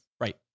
Right